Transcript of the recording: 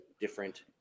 different